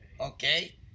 Okay